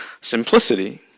simplicity